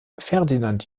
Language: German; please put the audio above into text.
ferdinand